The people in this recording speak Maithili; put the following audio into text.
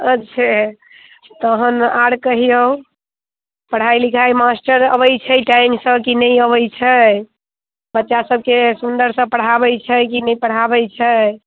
अच्छे तहन आओर कहिऔ पढ़ाइ लिखाइ मास्टर अबैत छै टाइमसँ कि नहि अबैत छै बच्चा सबके सुन्दरसँ पढ़ाबैत छै कि नहि पढ़ाबैत छै